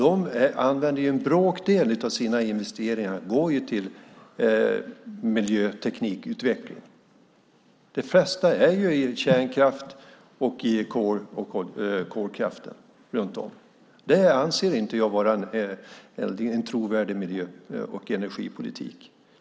En bråkdel av deras investeringar går till miljöteknikutveckling. Det mesta går till kärnkraft och kolkraft. Det anser jag inte vara en trovärdig miljö och energipolitik.